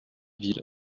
ville